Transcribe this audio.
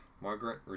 margaret